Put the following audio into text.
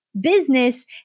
business